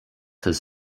his